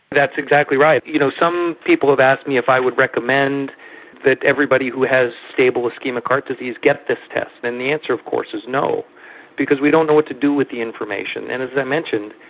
that's exactly right. you know, some people have asked me if i would recommend that everybody who has stable ischemic heart disease get this test, and the answer of course is no because we don't know what to do with the information. and as i mentioned,